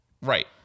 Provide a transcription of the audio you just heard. Right